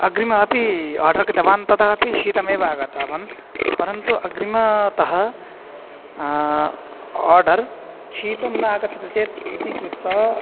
अग्रिमम् अपि आर्डर् कृतवान् तदा अपि शीतमेव आगतवान् परन्तु अग्रिमतः आर्डर् शीतं न आगच्छति चेत् इति कृत्वा